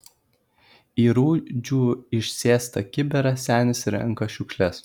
į rūdžių išėstą kibirą senis renka šiukšles